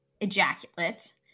ejaculate